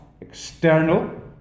external